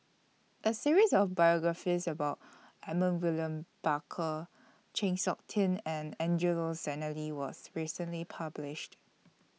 A series of biographies about Edmund William Barker Chng Seok Tin and Angelo Sanelli was recently published